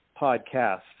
podcast